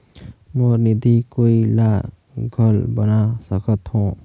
मोर निधि कोई ला घल बना सकत हो?